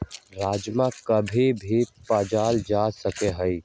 राजमा कभी भी पावल जा सका हई